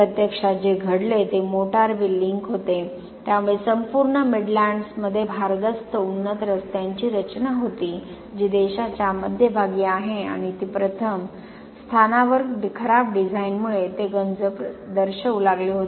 प्रत्यक्षात जे घडले ते मोटारवे लिंक होते त्यामुळे संपूर्ण मिडलँड्समध्ये भारदस्त उन्नत रस्त्यांची रचना होती जी देशाच्या मध्यभागी आहे आणि ती प्रथम स्थानावर खराब डिझाइनमुळे ते गंज दर्शवू लागले होते